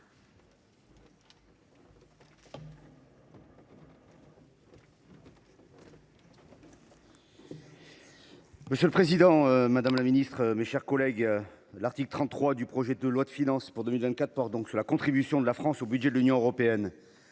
Monsieur le président, madame la secrétaire d’État, mes chers collègues, l’article 33 du projet de loi de finances pour 2024 porte sur la contribution de la France au budget de l’Union européenne.